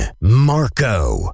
Marco